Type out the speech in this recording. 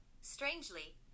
Strangely